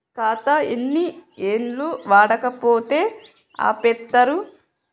ఖాతా ఎన్ని ఏళ్లు వాడకపోతే ఆపేత్తరు?